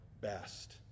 best